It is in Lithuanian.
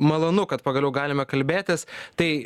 malonu kad pagaliau galime kalbėtis tai